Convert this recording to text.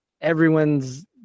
everyone's